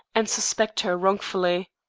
and suspect her wrongfully.